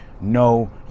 no